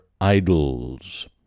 idols